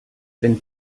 wenn